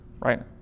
right